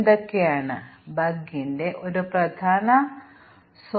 ഇപ്പോൾ ഈ diagram mutation testing പ്രക്രിയ കാണിക്കുന്നു